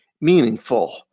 meaningful